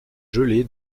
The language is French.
gelé